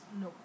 no